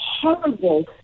Horrible